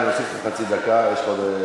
לא, בסדר, אין לי שום בעיה.